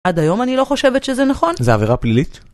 עד היום אני לא חושבת שזה נכון. זה עבירה פלילית!